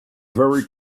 very